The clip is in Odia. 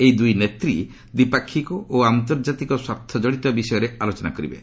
ଏହି ଦୁଇ ନେତ୍ରୀ ଦ୍ୱିପାକ୍ଷିକ ଓ ଆନ୍ତର୍ଜାତିକ ସ୍ୱାର୍ଥଜଡ଼ିତ ବିଷୟରେ ଆଲୋଚନା କରିବେ